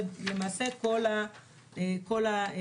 למעשה כל הזכויות.